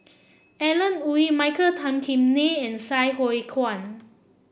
Alan Oei Michael Tan Kim Nei and Sai Hua Kuan